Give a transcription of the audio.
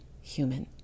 human